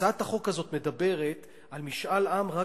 הצעת החוק הזאת מדברת על משאל עם רק